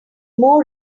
more